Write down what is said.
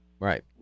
Right